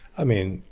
i mean,